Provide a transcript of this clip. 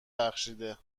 بخشیده